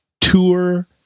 tour